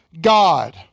God